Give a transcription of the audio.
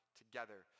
together